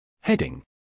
Heading